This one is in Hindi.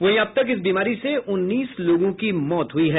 वहीं अब तक इस बीमारी से उन्नीस लोगों की मौत हुई है